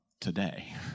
Today